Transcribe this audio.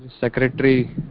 Secretary